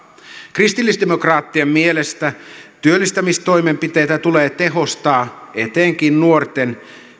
kristillisdemokraattien mielestä työllistämistoimenpiteitä tulee tehostaa etenkin nuorten